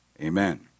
Amen